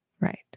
Right